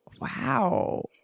Wow